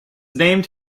named